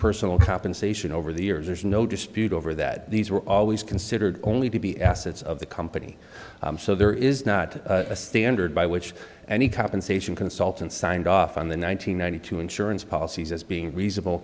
personal compensation over the years there's no dispute over that these were always considered only to be assets of the company so there is not a standard by which any compensation consultant signed off on the nine hundred ninety two insurance policies as being reasonable